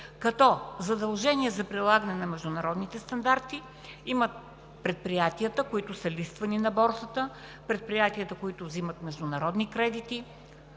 като задължение за прилагане на международните стандарти имат: предприятията, които са листвани на борсата; предприятията, които вземат международни кредити;